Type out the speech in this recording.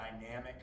dynamic